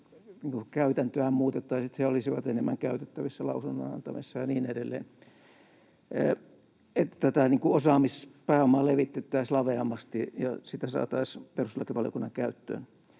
käytäntöä muutettaisiin niin, että he olisivat enemmän käytettävissä lausunnon antamisessa ja niin edelleen — että tätä osaamispääomaa levitettäisiin laveammasti ja sitä saataisiin perustuslakivaliokunnan käyttöön.